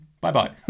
bye-bye